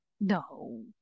No